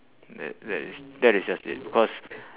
that that is that is just it because